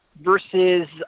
versus